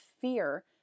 fear